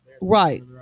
right